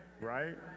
right